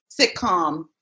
sitcom